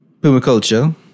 Permaculture